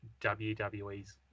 WWE's